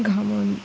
घावन